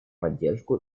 поддержку